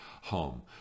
home